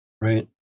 Right